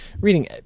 reading